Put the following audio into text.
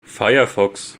firefox